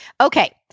Okay